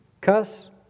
cuss